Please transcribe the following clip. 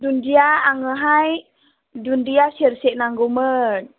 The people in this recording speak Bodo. दुन्दिया आंनोहाय दुन्दिया सेरसे नांगौमोन